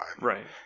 right